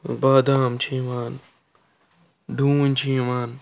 بادام چھِ یِوان ڈوٗنۍ چھِ یِوان